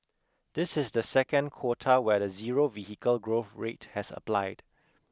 this is the second quarter where the zero vehicle growth rate has applied